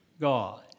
God